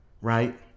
right